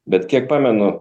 bet kiek pamenu